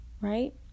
Right